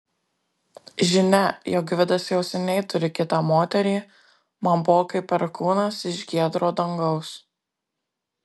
žinia jog gvidas jau seniai turi kitą moterį man buvo kaip perkūnas iš giedro dangaus